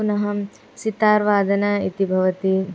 पुनः सितार्वादन इति भवति